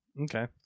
Okay